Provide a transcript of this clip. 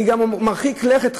אני גם מרחיק לכת.